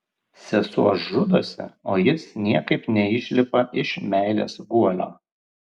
sesuo žudosi o jis niekaip neišlipa iš meilės guolio